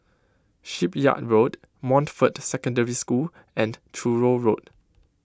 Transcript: Shipyard Road Montfort Secondary School and Truro Road